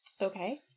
okay